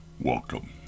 Welcome